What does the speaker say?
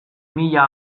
mila